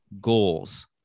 goals